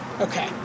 okay